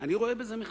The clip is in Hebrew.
אני רואה בזה מחדל.